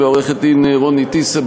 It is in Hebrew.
ועורכת-הדין רוני טיסר.